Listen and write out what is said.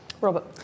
Robert